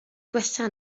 gwella